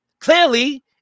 Clearly